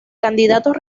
candidatos